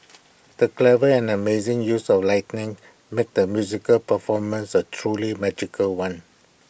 the clever and amazing use of lightening made the musical performance A truly magical one